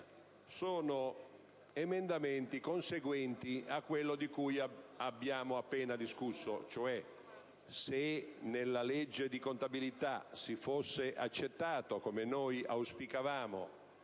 3.2 e 3.3 sono conseguenti a quello di cui abbiamo appena discusso. Se nella legge di contabilità si fosse accettato - come noi auspicavamo